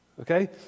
Okay